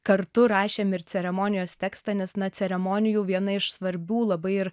kartu rašėm ir ceremonijos tekstą nes na ceremonijų viena iš svarbių labai ir